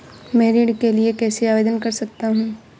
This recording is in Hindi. मैं ऋण के लिए कैसे आवेदन कर सकता हूं?